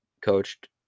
coached